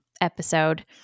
episode